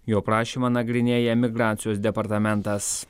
jo prašymą nagrinėja migracijos departamentas